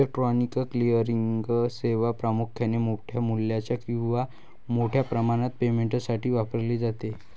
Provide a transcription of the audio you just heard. electronic clearing सेवा प्रामुख्याने मोठ्या मूल्याच्या किंवा मोठ्या प्रमाणात पेमेंटसाठी वापरली जाते